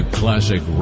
classic